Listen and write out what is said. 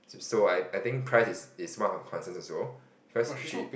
so I I think price is is one of her concern also because she